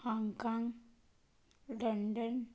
Hong Kong London